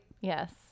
Yes